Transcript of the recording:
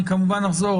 אני כמובן אחזור,